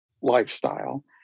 lifestyle